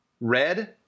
Red